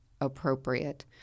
appropriate